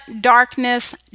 darkness